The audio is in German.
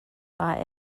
war